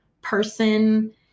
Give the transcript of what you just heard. person